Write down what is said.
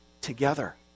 together